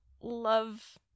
love